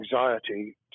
anxiety